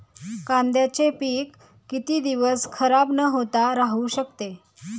कांद्याचे पीक किती दिवस खराब न होता राहू शकते?